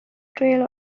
trail